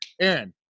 Aaron